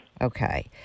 Okay